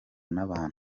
nabantu